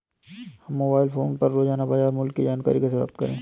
हम mobile phone पर रोजाना बाजार मूल्य की जानकारी कैसे प्राप्त कर सकते हैं?